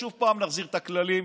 שוב נחזיר את הכללים,